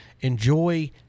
Enjoy